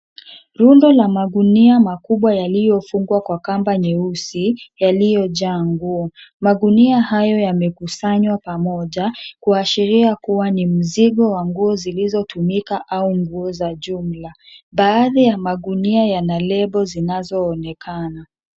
Rundo la magunia makubwa yaliyofungwa kwa kamba nyeusi yaliyojaa nguo. Magunia hayo yame kusanywa pamoja kuashiria kuwa ni mzigo wa nguo zilizotumika au nguo za jumla. Baadhi ya magunia yanalebo zinazo onekana.